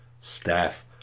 staff